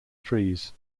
trees